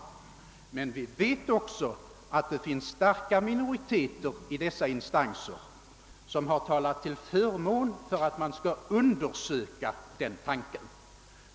Men vi vet också att det finns starka minoriteter i dessa instanser som har talat till förmån för att man skall un dersöka den tanken.